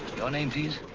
name please?